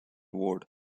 award